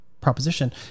proposition